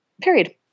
Period